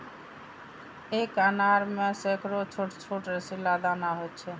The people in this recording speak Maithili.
एक अनार मे सैकड़ो छोट छोट रसीला दाना होइ छै